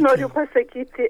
noriu pasakyti